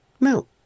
No